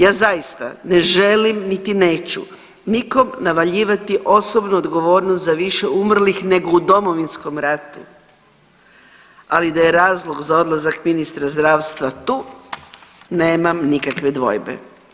Ja zaista ne želim niti neću nikog navaljivati osobnu odgovornost za više umrlih nego u Domovinskom ratu, ali da je razlog za odlazak ministra zdravstva tu nemam nikakve dvojbe.